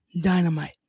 dynamite